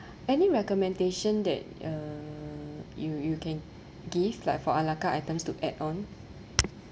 any recommendation that uh you you can give like for ala carte items to add on